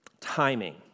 timing